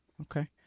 Okay